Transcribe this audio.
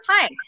time